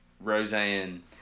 Roseanne